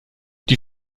die